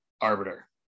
arbiter